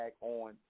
on